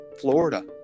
Florida